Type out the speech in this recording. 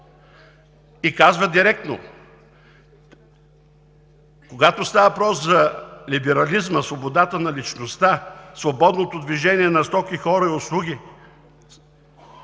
Казва директно: „Когато става въпрос за либерализма, свободата на личността, свободното движение на стоки, хора и услуги,